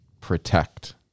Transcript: protect